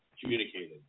communicated